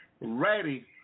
Ready